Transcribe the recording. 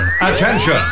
Attention